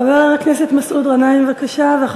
חבר הכנסת מסעוד גנאים, בבקשה.